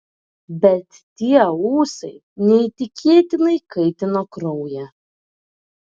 bet tie ūsai neįtikėtinai kaitino kraują